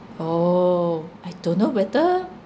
oh I don't know whether